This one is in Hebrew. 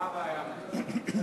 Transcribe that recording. מה הבעיה המרכזית?